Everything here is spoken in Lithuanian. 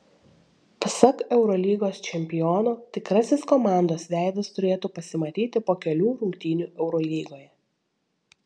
pasak eurolygos čempiono tikrasis komandos veidas turėtų pasimatyti po kelių rungtynių eurolygoje